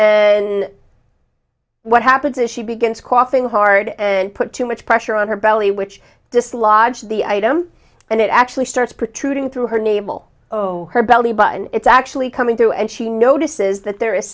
and what happens is she begins coughing hard and put too much pressure on her belly which dislodge the item and it actually starts protruding through her nabl oh her belly button it's actually coming through and she notices that there is